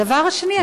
הדבר השני,